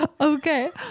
Okay